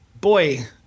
boy